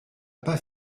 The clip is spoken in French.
pas